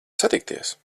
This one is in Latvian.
satikties